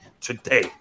today